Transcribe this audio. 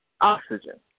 Oxygen